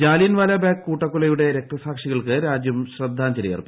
ജാലിയൻവാലാബാഗ് കൂട്ടക്കൊലയുടെ രക്തസാക്ഷികൾക്ക് രാജ്യം ശ്രദ്ധാഞ്ജലി അർപ്പിച്ചു